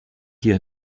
hier